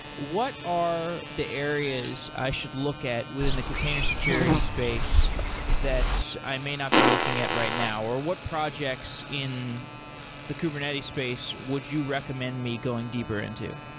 what are the areas i should look at within the container security space that i may not be looking at right now? or what projects in the kubernetes space would you recommend me going deeper into?